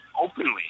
openly